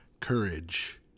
courage